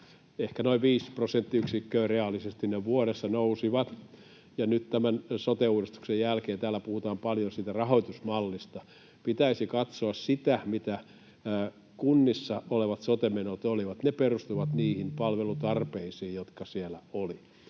Ehkä noin viisi prosenttiyksikköä reaalisesti ne vuodessa nousivat. Nyt tämän sote-uudistuksen jälkeen täällä puhutaan paljon siitä rahoitusmallista. Pitäisi katsoa sitä, mitä kunnissa olevat sote-menot olivat. Ne perustuvat niihin palvelutarpeisiin, jotka siellä oli.